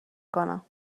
کنم